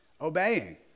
obeying